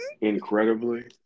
incredibly